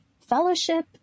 fellowship